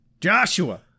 Joshua